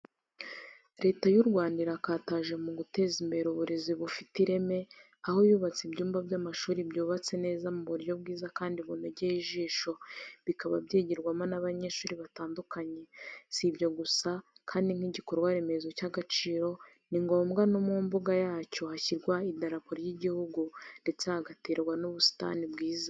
Leta y'u Rwanda irakataje mu guteza imbere uburezi bufite ireme, aho yubatse ibyumba by'amashuri byubatse neza mu buryo bwiza kandi bunogeye ijisho bikaba byigirwamo n'abanyeshuri batandukanye, si ibyo gusa kandi nk'igikorwa remezo cy'agaciro, ni ngombwa ko mu mbuga yacyo hashyirwa idarapo ry'igihugu ndetse hagaterwa n'ubusitani bwiza.